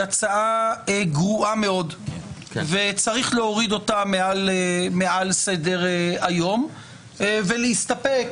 הצעה גרועה מאוד וצריך להוריד אותה מעל סדר היום ולהסתפק,